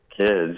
kids